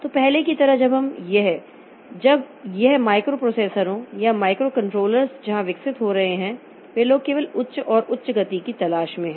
तो पहले की तरह जब यह माइक्रोप्रोसेसरों या माइक्रोकंट्रोलर्स जहां विकसित हो रहे हैं वे लोग केवल उच्च और उच्च गति की तलाश में है